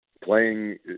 playing